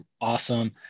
awesome